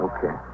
Okay